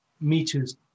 meters